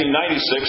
1996